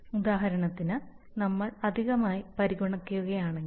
ഉദാഹരണത്തിന് നമ്മൾ അധികമായി പരിഗണിക്കുകയാണെങ്കിൽ